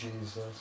Jesus